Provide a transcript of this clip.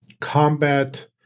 combat